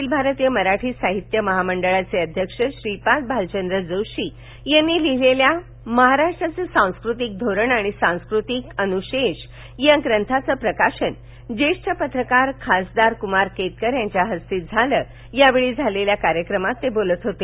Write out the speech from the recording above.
अखिल भारतीय मराठी साहित्य महामंडळाचे अध्यक्ष श्रीपाद भालचंद्र जोशी यांनी लिहिलेल्या महाराष्ट्राचे सांस्कृतिक धोरण आणि सांस्कृतिक अनुशेष या ग्रंथाचं प्रकाशन ज्येष्ठ पत्रकार खासदार कुमार केतकर यांच्या हस्ते झालं या वेळी झालेल्या कार्यक्रमात ते बोलत होते